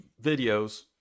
videos